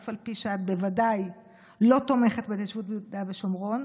אף על פי שאת בוודאי לא תומכת בהתיישבות ביהודה ושומרון,